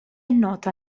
nota